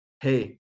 hey